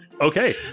Okay